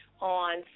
on